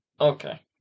Okay